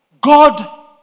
God